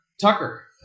Tucker